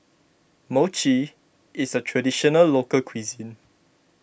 Mochi is a Traditional Local Cuisine